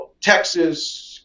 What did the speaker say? Texas